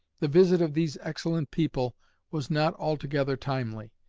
the visit of these excellent people was not altogether timely.